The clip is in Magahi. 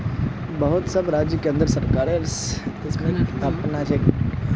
बहुत सब राज्य केंद्र सरकारेर स्कीमक अपनाछेक